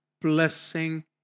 blessing